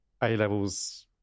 A-levels